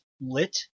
lit